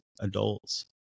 adults